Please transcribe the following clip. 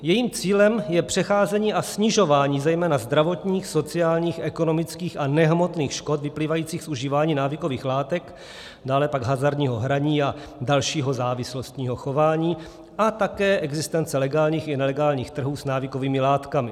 Jejím cílem je předcházení a snižování zejména zdravotních, sociálních, ekonomických a nehmotných škod vyplývajících z užívání návykových látek, dále pak hazardního hraní a dalšího závislostního chování a také existence legálních i nelegálních trhů s návykovými látkami.